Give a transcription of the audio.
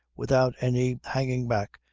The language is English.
without any hanging back,